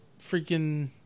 freaking